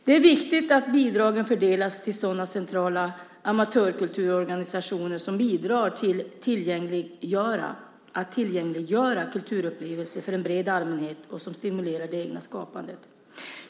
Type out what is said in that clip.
Det är viktigt att bidraget fördelas till sådana centrala amatörkulturorganisationer som bidrar till att tillgängliggöra kulturupplevelser för en bred allmänhet och som stimulerar det egna skapandet.